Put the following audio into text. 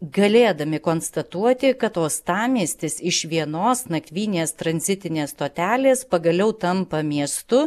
galėdami konstatuoti kad uostamiestis iš vienos nakvynės tranzitinės stotelės pagaliau tampa miestu